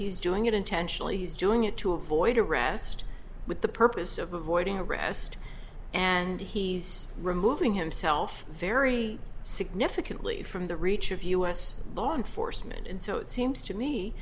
he's doing it intentionally he's doing it to avoid arrest with the purpose of avoiding arrest and he's removing himself very significantly from the reach of u s law enforcement and so it seems to me